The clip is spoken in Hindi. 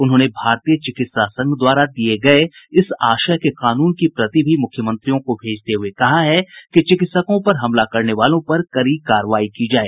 उन्होंने भारतीय चिकित्सा संघ द्वारा दिए गए इस आशय के कानून की प्रति भी मुख्यमंत्रियों को भेजते हुए कहा है कि चिकित्सकों पर हमला करने वालों पर कड़ी कार्रवाई की जाए